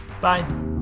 Bye